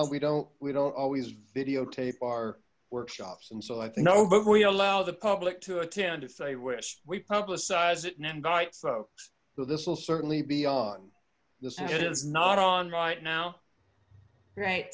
on we don't we don't always videotape our workshops and so i know but we allow the public to attend if they wish we publicize it and invite folks so this will certainly be on this is not on right now right